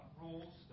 rules